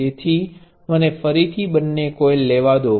જેથી મને ફરીથી બંને કોઇલ લેવા દો